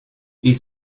ils